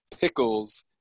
pickles